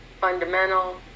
fundamental